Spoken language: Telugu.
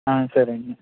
సరే అండి